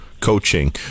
coaching